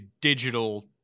digital